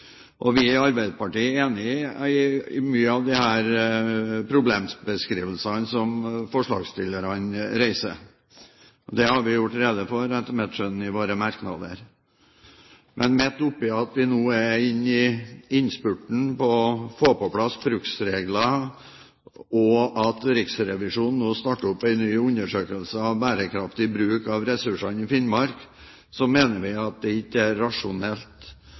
understreket. Vi i Arbeiderpartiet er enig i mange av problembeskrivelsene til forslagsstillerne. Det har vi etter mitt skjønn gjort rede for i våre merknader. Men midt oppe i innspurten med å få på plass bruksregler, og når Riksrevisjonen nå starter opp en ny undersøkelse av bærekraftig bruk av ressursene i Finnmark, mener vi at det ikke er rasjonelt